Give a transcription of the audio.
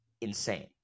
insane